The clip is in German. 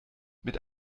mit